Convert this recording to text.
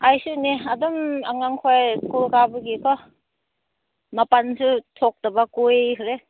ꯑꯩꯁꯨꯅꯦ ꯑꯗꯨꯝ ꯑꯉꯥꯡ ꯈꯣꯏ ꯁ꯭ꯀꯨꯜ ꯀꯥꯕꯒꯤꯀꯣ ꯃꯄꯥꯟꯁꯨ ꯊꯣꯛꯇꯕ ꯀꯨꯏꯈ꯭ꯔꯦ